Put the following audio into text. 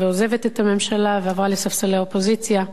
עוזבת את הממשלה ועברה לספסלי האופוזיציה.